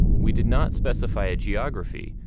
we did not specify a geography,